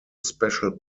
special